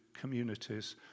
communities